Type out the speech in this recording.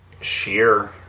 sheer